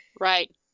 right